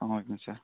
ஆமாங்க சார்